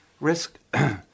Risk